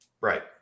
Right